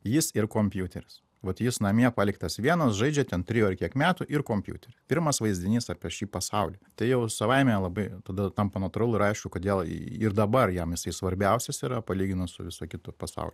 jis ir kompiuteris vat jis namie paliktas vienas žaidžia ten trijų ar kiek metų ir kompiutery pirmas vaizdinys apie šį pasaulį tai jau savaime labai tada tampa natūralu ir aišku kodėl ir dabar jam jisai svarbiausias yra palyginus su visu kitu pasauliu